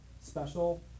special